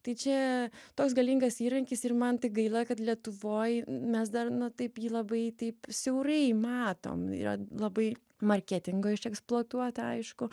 tai čia toks galingas įrankis ir man tai gaila kad lietuvoj mes dar na taip jį labai taip siaurai matom yra labai marketingo išeksploatuota aišku